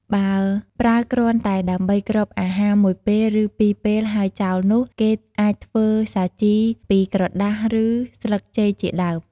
បើប្រើគ្រាន់តែដើម្បីគ្របអាហារមួយពេលឬពីរពេលហើយចោលនោះ គេអាចធ្វើសាជីពីក្រដាសឬស្លឹកចេកជាដើម។